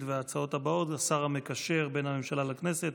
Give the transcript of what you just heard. ועל ההצעות הבאות השר המקשר בין הממשלה לכנסת